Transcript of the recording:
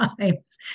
times